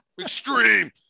extreme